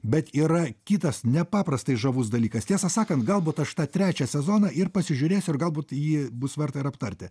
bet yra kitas nepaprastai žavus dalykas tiesą sakant galbūt aš tą trečią sezoną ir pasižiūrėsiu ir galbūt jį bus verta ir aptarti